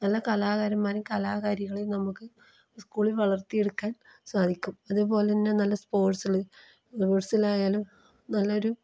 നല്ല കലാകാരന്മാരും കലാകാരികളേയും നമുക്ക് സ്കൂളിൽ വളർത്തിയെടുക്കാൻ സാധിക്കും അതേപോലെ തന്നെ നല്ല സ്പോർട്സിൽ സ്പോർട്സിലായാലും നല്ലൊരു